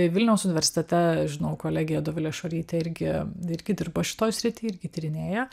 vilniaus universitete žinau kolegė dovilė šuorytė irgi irgi dirba šitoj srity irgi tyrinėja